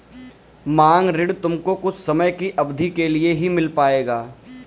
मांग ऋण तुमको कुछ समय की अवधी के लिए ही मिल पाएगा